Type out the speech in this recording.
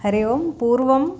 हरिः ओम् पूर्वम्